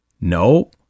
no